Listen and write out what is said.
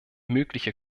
mögliche